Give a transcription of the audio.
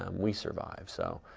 um we survive, so,